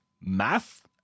math